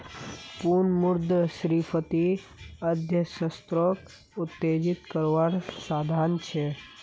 पुनः मुद्रस्फ्रिती अर्थ्शाश्त्रोक उत्तेजित कारवार साधन छे